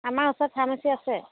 আমাৰ ওচৰত ফাৰ্মাচী আছে